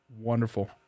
Wonderful